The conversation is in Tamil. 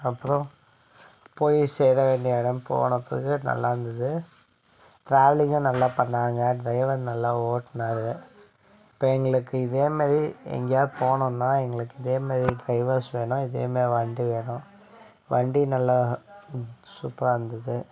அப்புறம் போய் சேரவேண்டிய இடம் போகிறதுக்கு நல்லா இருந்தது டிராவலிங்கும் நல்லா பண்ணாங்க டிரைவர் நல்லா ஓட்டினாரு இப்போ எங்களுக்கு இதேமாரி எங்கேயாவது போனோன்னால் எங்களுக்கு இதேமாதிரி டிரைவர்ஸ் வேணும் இதேமாதிரி வண்டி வேணும் வண்டி நல்லா சூப்பராக இருந்தது